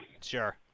Sure